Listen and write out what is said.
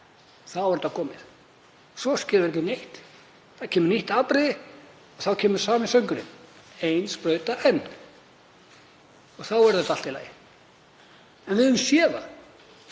Þá er þetta komið. Svo skeður ekki neitt. Það kemur nýtt afbrigði. Þá kemur sami söngurinn: Ein sprauta enn og þá er þetta allt í lagi. En við höfum séð að